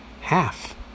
Half